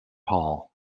hall